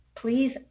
please